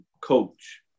coach